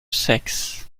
sexes